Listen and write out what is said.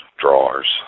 drawers